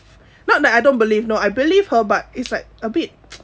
not that I don't believe no I believe her but it's like a bit